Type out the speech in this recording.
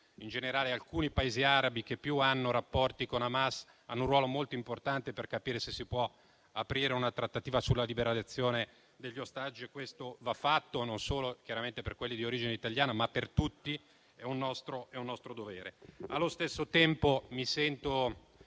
in generale alcuni Paesi arabi che più hanno rapporti con Hamas hanno un ruolo molto importante per capire se si può aprire una trattativa sulla liberalizzazione degli ostaggi. E questo va fatto, chiaramente, non solo per quelli di origine italiana, ma per tutti. Questo è un nostro dovere. Allo stesso tempo, mi sento